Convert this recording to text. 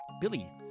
Billy